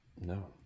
no